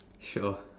sure